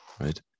right